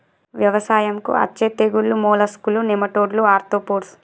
వ్యవసాయంకు అచ్చే తెగుల్లు మోలస్కులు, నెమటోడ్లు, ఆర్తోపోడ్స్